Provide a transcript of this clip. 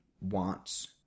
wants